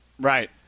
Right